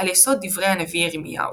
על יסודי דברי הנביא ירמיהו.